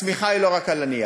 הצמיחה היא לא רק על הנייר,